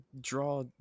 draw